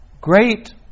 great